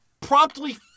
promptly